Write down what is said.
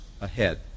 ahead